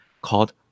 called